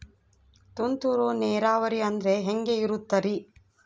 ತುಂತುರು ನೇರಾವರಿ ಅಂದ್ರೆ ಹೆಂಗೆ ಇರುತ್ತರಿ?